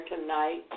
tonight